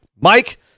Mike